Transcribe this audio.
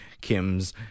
Kim's